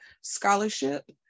scholarship